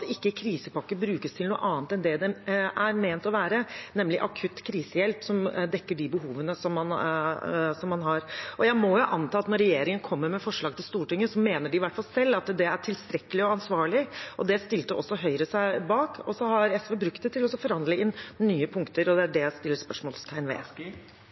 ikke krisepakke brukes til noe annet enn det det er ment å være, nemlig akutt krisehjelp som dekker de behovene som man har. Jeg må jo anta at når regjeringen kommer med et forslag til Stortinget, mener de i hvert fall selv at det er tilstrekkelig og ansvarlig, og det stilte også Høyre seg bak. Så har SV brukt det til å forhandle inn nye punkter, og det er det jeg stiller spørsmålstegn ved.